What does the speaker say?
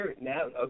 now